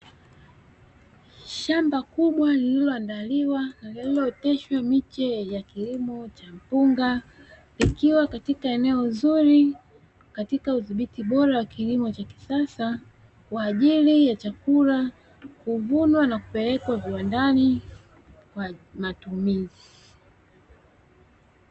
Shamba kubwa lililoandaliwa na lililoteshwa miche ya kilimo cha mpunga, likiwa katika eneo zuri katika udhibiti bora wa kilimo cha kisasa kwa ajili ya chakula; kuvunwa na kupelekwa viwandani kwa matumizi.